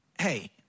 hey